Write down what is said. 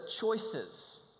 choices